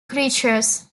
creatures